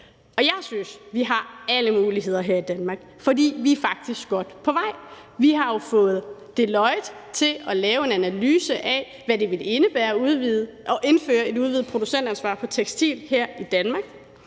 Jeg synes, vi har alle muligheder her i Danmark, fordi vi faktisk er godt på vej. Vi har jo fået Deloitte til at lave en analyse af, hvad det vil indebære at indføre et udvidet producentansvar for tekstil her i Danmark.